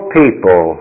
people